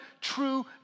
true